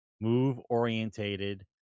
move-orientated